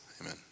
Amen